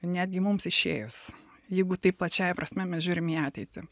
netgi mums išėjus jeigu taip plačiąja prasme mes žiūrim į ateitį